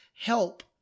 help